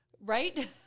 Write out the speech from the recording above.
Right